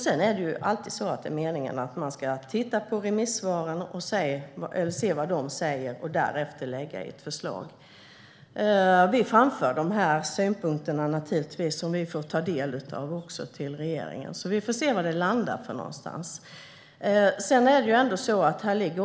Det är alltid meningen att man ska titta på vad som sägs i remissvaren och därefter lägga fram ett förslag. Vi framför naturligtvis de synpunkter som vi får ta del av till regeringen. Vi får se var det landar någonstans.